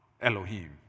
Elohim